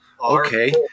Okay